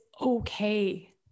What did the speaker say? okay